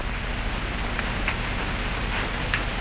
just